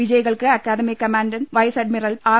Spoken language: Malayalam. വിജയികൾക്ക് academy commandant vice admiral R